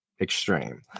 extreme